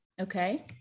Okay